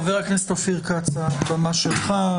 חה"כ אופיר כץ, הבמה שלך.